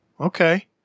okay